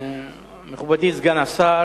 מכובדי סגן השר,